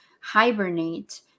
hibernate